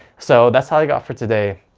so that's all i've got for today.